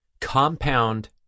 compound